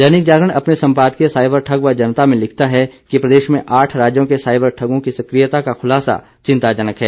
दैनिक जागरण अपने सम्पादकीय साइबर ठग व जनता में लिखता है कि प्रदेश में आठ राज्यों के साइबर ठगों की सकियता का खुलासा चिंताजनक है